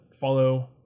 follow